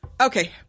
Okay